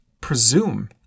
presume